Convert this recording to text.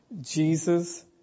Jesus